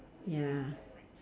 ya